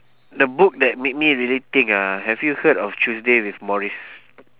the book that made me really think ah have you heard of tuesday with morries